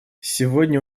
сегодня